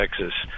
Texas